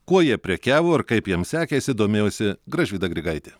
kuo jie prekiavo ir kaip jiems sekėsi domėjosi gražvyda grigaitė